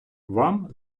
вам